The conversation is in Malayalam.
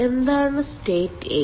എന്താണ് സ്റ്റേറ്റ് 8